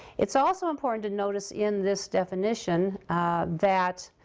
it's also important to notice in this definition that